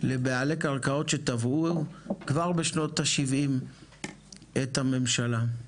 לבעלי קרקעות שתבעו כבר בשנות השבעים את הממשלה.